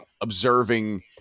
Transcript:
observing